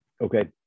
okay